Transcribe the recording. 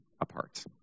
apart